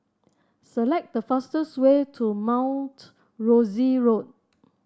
select the fastest way to Mount Rosie Road